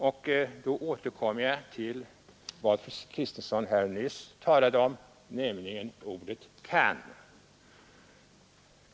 Och då återkommer jag till vad fru Kristensson här nyss talade om, nämligen ordet kan.